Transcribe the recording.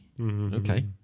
Okay